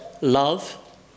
love